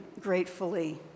gratefully